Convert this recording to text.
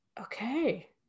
Okay